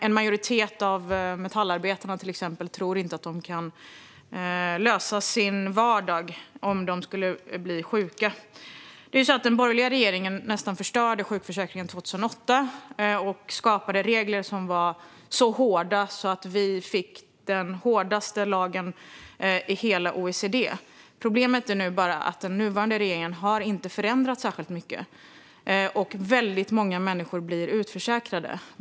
En majoritet av metallarbetarna tror till exempel inte att de kan klara sin vardag om de skulle bli sjuka. Den borgerliga regeringen förstörde nästan sjukförsäkringen 2008 och skapade regler som var så hårda att vi fick den hårdaste lagen i hela OECD. Problemet är att den nuvarande regeringen inte har förändrat särskilt mycket, och väldigt många människor blir utförsäkrade.